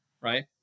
Right